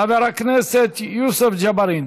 חבר הכנסת יוסף ג'בארין.